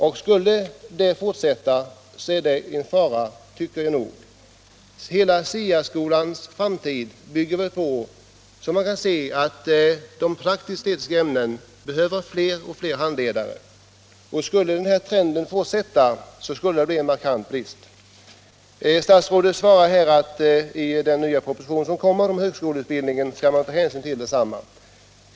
Jag tycker 8 februari 1977 att det ligger en fara i en fortsatt sådan utveckling. Hela SIA-skolans I framtid bygger på en stigande tillgång till lärare i de praktisk-estetiska Om åtgärder mot ämnena. Om den nuvarande trenden fortsätter, skulle en markant brist — bristen på behöriga uppstå. slöjd och textil Statsrådet meddelar att man i den kommande propositionen om hög = lärare skoleutbildningen skall ta hänsyn till behovet på detta område.